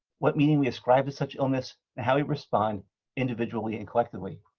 what meaning we ascribe to such illness, and how we respond individually and collectively.